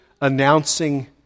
announcing